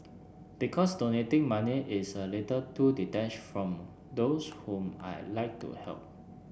because donating money is a little too detached from those whom I like to help